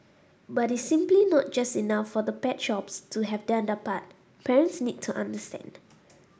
but it's simply not just enough for the pet shops to have done their part parents need to understand